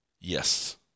Yes